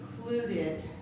included